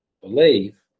believe